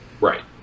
Right